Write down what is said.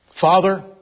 Father